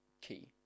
key